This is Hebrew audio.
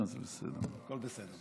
זה בסדר.